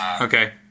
okay